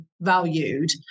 valued